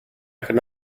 could